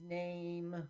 name